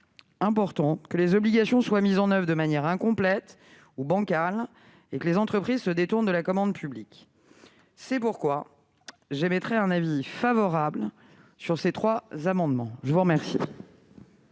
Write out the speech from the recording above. important que les obligations soient mises en oeuvre de manière incomplète ou bancale et que les entreprises se détournent de la commande publique. C'est pourquoi le Gouvernement émet un avis favorable sur ces trois amendements. Je mets aux voix